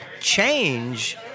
change